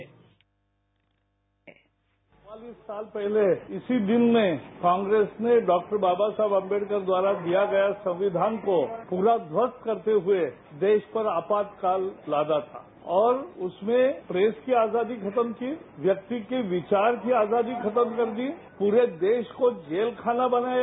bite चौवालीस साल पहले इसी दिन में कांग्रेस ने डॉक्टर बाबा साहेब आंवेडकर द्वारा दिया गया संविधान को पूरा ध्वस्त करते हुए देश पर आपातकाल लादा था और उसमें प्रेस की आजादी खत्म की व्यक्ति की विचार की आजादी खत्म कर दी पूरे देश को जेल खाना बनाया